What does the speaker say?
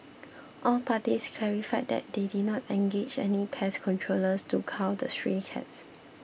all parties clarified that they did not engage any pest controllers to cull the stray cats